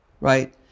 right